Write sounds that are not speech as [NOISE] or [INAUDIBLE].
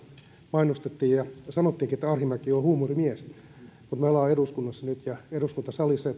mainostettiin ja sanottiinkin arhinmäki on huumorimies mutta kun me olemme nyt eduskunnassa ja eduskuntasalissa [UNINTELLIGIBLE]